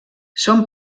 són